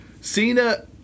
Cena